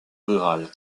rural